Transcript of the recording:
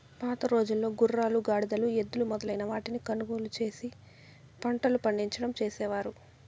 పాతరోజుల్లో గుర్రాలు, గాడిదలు, ఎద్దులు మొదలైన వాటిని కొనుగోలు చేసి పంటలు పండించడం చేసేవారు